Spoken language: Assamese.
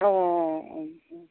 অঁ অঁ